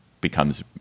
becomes